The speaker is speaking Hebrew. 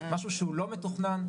משהו שהוא לא מתוכנן,